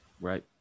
right